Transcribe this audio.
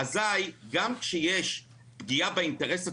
אזי גם כשיש פגיעה באינטרס הציבורי,